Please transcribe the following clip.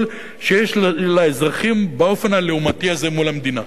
שיש לאזרחים באופן הלעומתי הזה מול המדינה,